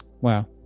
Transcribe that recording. wow